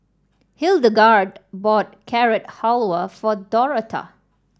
Hildegarde bought Carrot Halwa for Dorotha